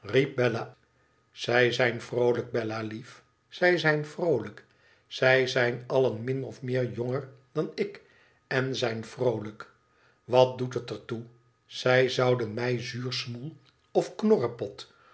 izij zijn vroolijk bella-lief zij zijn vroolijk zij zijn allen min of meer jonger dan ik en zijn vroolijk wat doet het er toe zij zouden mij zuursmoel of knorrepot of